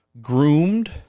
groomed